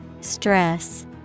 Stress